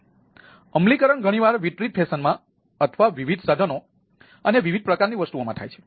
તેથી અમલીકરણ ઘણી વાર વિતરિત ફેશનમાં અથવા વિવિધ સાધનો અને વિવિધ પ્રકારની વસ્તુઓમાં થાય છે